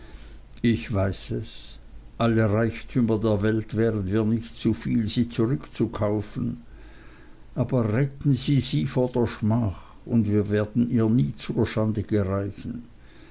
ich weiß es alle reichtümer der welt wären mir nicht zu viel sie zurückzukaufen aber retten sie sie vor der schmach und wir werden ihr nie zur schande gereichen